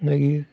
मागीर